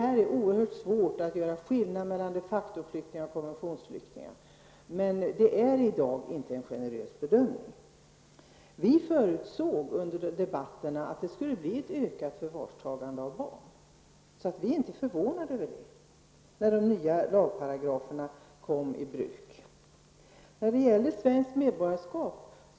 Det är oerhört svårt att göra skillnad mellan de facto-flyktingar och konventionsflyktingar. Men bedömningen är i dag inte generös. Vi förutspådde under debatterna att antalet förvarstagande av barn skulle öka när de nya lagparagraferna började tillämpas, så vi är inte förvånade. Det är en sak som jag undrar över när det gäller svenskt medborgarskap.